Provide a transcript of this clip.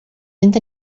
mynd